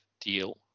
deal